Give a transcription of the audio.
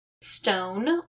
stone